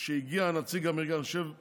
שהגיע מזכיר המדינה,